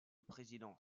président